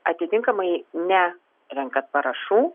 atitinkamai nerenkat parašų